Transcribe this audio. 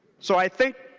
so i think